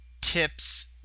tips